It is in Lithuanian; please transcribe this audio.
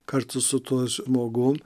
kartu su tuo žmogum